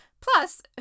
Plus